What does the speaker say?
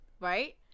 right